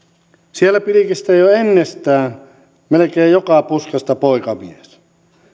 siellä pilkistää jo ennestään melkein joka puskasta poikamies